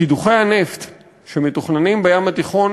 קידוחי הנפט שמתוכננים בים התיכון,